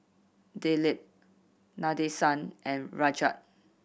Dilip Nadesan and Rajat